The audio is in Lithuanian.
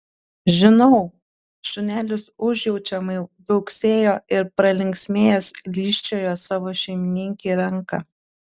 žinau šunelis užjaučiamai viauksėjo ir pralinksmėjęs lyžčiojo savo šeimininkei ranką